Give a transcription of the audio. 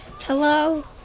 Hello